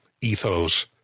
ethos